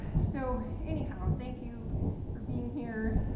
so anyhow, thank you for being here.